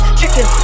chicken